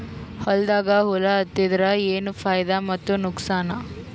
ಹೊಲದಾಗ ಹುಳ ಎತ್ತಿದರ ಏನ್ ಫಾಯಿದಾ ಮತ್ತು ನುಕಸಾನ?